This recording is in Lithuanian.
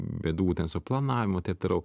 bėdų ten su planavimu taip toliau